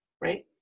right